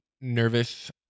nervous